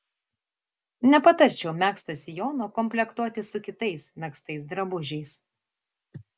nepatarčiau megzto sijono komplektuoti su kitais megztais drabužiais